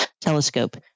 telescope